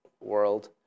world